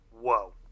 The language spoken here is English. Whoa